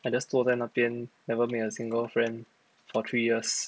I just 坐在那边 never made a single friend for three years